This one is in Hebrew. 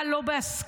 חקיקה שלא בהסכמה.